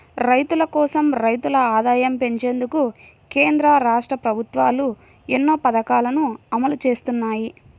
రైతుల కోసం, రైతుల ఆదాయం పెంచేందుకు కేంద్ర, రాష్ట్ర ప్రభుత్వాలు ఎన్నో పథకాలను అమలు చేస్తున్నాయి